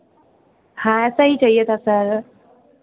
हाँ ऐसा ही चाहिए था सर